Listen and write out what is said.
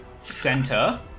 center